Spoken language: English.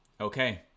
Okay